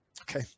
okay